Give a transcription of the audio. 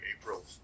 April